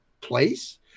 place